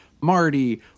Marty